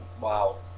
Wow